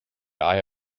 eye